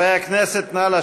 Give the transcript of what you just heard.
חברי הכנסת, נא לשבת.